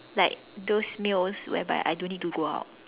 like those meals whereby I don't need to go out